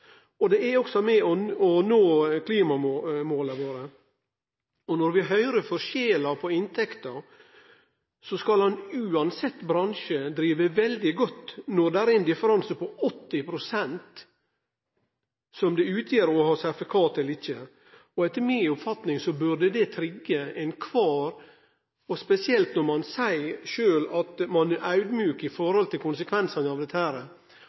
Det er også med på å gjere at vi kan nå klimamåla våre. Når vi høyrer forskjellen på inntekta, skal ein uansett bransje drive veldig godt når det å ha sertifikat eller ikkje utgjer ein differanse på 80 pst. Etter mi oppfatning burde det «trigge» kven som helst, spesielt når ein seier sjølv at ein er audmjuk når det gjeld konsekvensane av dette,